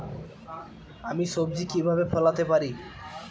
আমি সবজি কিভাবে ফলাতে পারি?